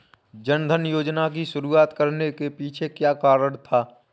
जन धन योजना की शुरुआत करने के पीछे क्या कारण था?